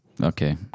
Okay